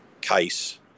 case